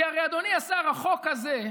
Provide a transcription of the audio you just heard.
כי הרי, אדוני השר, החוק הזה,